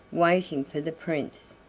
waiting for the prince,